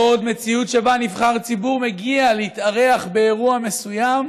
לא עוד מציאות שבה נבחר ציבור מגיע להתארח באירוע מסוים